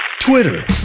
Twitter